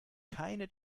keine